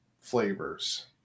flavors